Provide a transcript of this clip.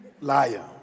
liar